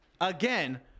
again